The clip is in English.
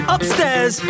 Upstairs